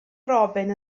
robin